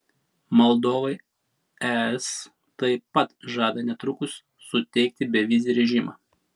moldovai es taip pat žada netrukus suteikti bevizį režimą